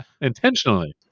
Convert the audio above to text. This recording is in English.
Intentionally